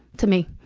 to me.